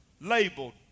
labeled